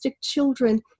children